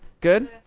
Good